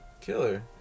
Killer